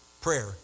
prayer